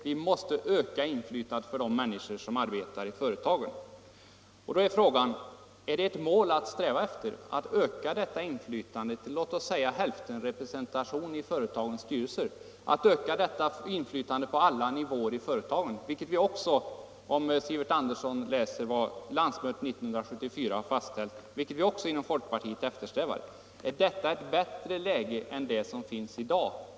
Vi måste öka inflytandet för de människor som arbetar i företagen, och då är frågan: Är det ett mål att sträva efter att öka detta inflytande till låt oss säga hälftenrepresentation i företagens styrelser och öka inflytandet på alla nivåer i företagen? Om herr Sivert Andersson läser vad landsmötet 1974 har fastställt, så skall han finna att det är vad folkpartiet eftersträvar. Innebär inte den målsättningen ett bättre läge än det som råder i dag?